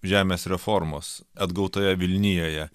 žemės reformos atgautoje vilnijoje